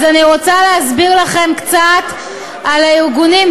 אז אני רוצה להסביר לכם קצת על הארגונים.